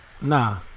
Nah